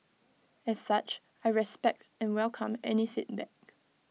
as such I respect and welcome any feedback